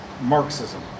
Marxism